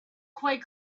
quite